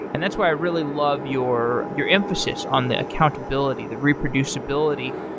and that's why i really love your your emphasis on the accountability, the reproducibility.